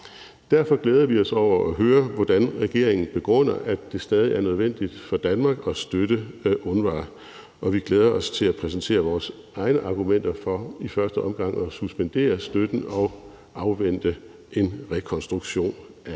Derfor glæder vi os til at høre, hvordan regeringen begrunder, at det stadig er nødvendigt for Danmark at støtte UNRWA, og vi glæder os til at præsentere vores egne argumenter for i første omgang at suspendere støtten og afvente en rekonstruktion af